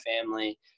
family